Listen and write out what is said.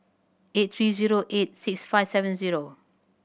eight three zero eight six five seven zero